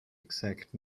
exact